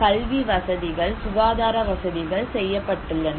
கல்வி வசதிகள் சுகாதார வசதிகள் செய்யப்பட்டன